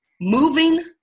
moving